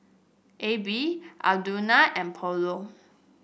A B Audrina and Paulo